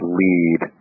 lead